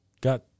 got